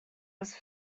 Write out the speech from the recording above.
was